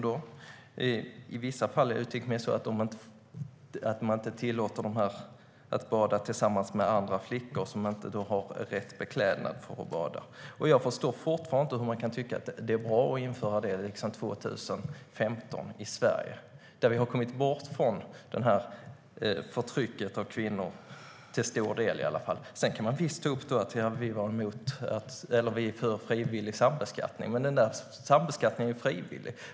I vissa fall uttrycks det som att man inte tillåter dem att bada tillsammans med andra flickor som inte har rätt beklädnad för att bada. Jag förstår fortfarande inte hur man kan tycka att det är bra att införa det år 2015 i Sverige. Vi har kommit bort från förtrycket av kvinnor, i varje fall till stor del. Sedan kan man mycket väl ta upp att vi är för frivillig sambeskattning. Men den sambeskattningen är frivillig.